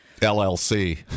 llc